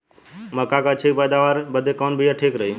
मक्का क अच्छी पैदावार बदे कवन बिया ठीक रही?